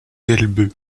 elbeuf